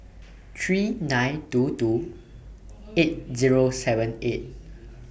three nine two two eight Zero seven eight